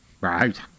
Right